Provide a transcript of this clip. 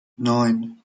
neun